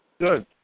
Good